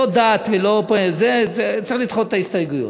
לא דת, צריך לדחות את ההסתייגויות.